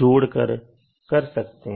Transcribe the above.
जोड़कर कर सकते हैं